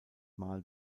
mal